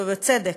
ובצדק,